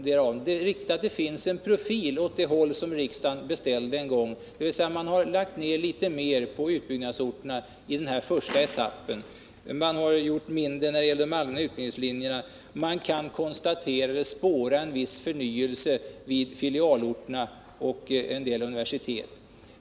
Det är riktigt att det finns en profil åt det håll som riksdagen en gång uttalade sig för, dvs. man har lagt litet mer på utbyggnadsorterna i den här första etappen. Man har gjort mindre när det gäller de allmänna utbildningslinjerna, och det kan spåras en viss förnyelse vid filialorterna och en del universitet.